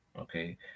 okay